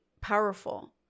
powerful